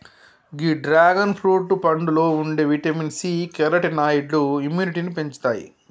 గీ dragon fruit పండులో ఉండే vitamin C, కెరోటినాయిడ్లు ఇమ్యునిటీని పెంచుతాయి